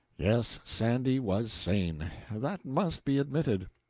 yes, sandy was sane that must be admitted.